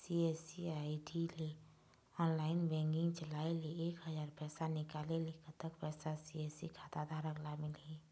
CSC ID ले online banking चलाए ले एक हजार पैसा निकाले ले कतक पैसा सी.एस.सी खाता धारक ला मिलही?